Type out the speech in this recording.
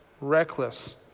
reckless